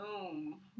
boom